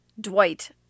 Dwight